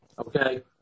Okay